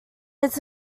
its